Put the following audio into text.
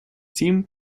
team